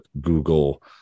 Google